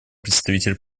представитель